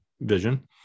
vision